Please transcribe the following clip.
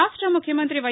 రాష్ట ముఖ్యమంత్రి వై